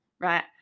right